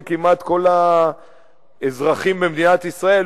שכמעט כל האזרחים במדינת ישראל,